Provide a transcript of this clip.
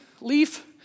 leaf